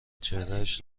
چهرهاش